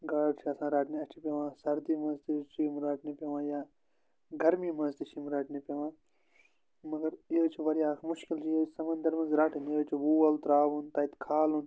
گاڈٕ چھِ آسان رَٹنہِ اَسہِ چھِ پیٚوان سردی مَنٛز تہِ حظ چھِ یِم رَٹنہِ پیٚوان یا گرمی مَنٛز تہِ چھِ یِم رَٹنہِ پیٚوان مگر یہِ حظ چھِ واریاہ اَکھ مُشکِل چیٖز سمنٛدر منٛز رَٹٕنۍ یہِ حظ چھُ وول ترٛاوُن تَتہِ کھالُن